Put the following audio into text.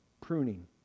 pruning